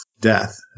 death